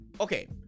Okay